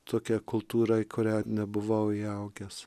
tokia kultūra į kurią nebuvau įaugęs